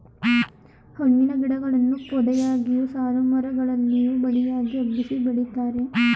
ಹಣ್ಣಿನ ಗಿಡಗಳನ್ನು ಪೊದೆಯಾಗಿಯು, ಸಾಲುಮರ ಗಳಲ್ಲಿಯೂ ಬಳ್ಳಿಯಾಗಿ ಹಬ್ಬಿಸಿ ಬೆಳಿತಾರೆ